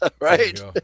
Right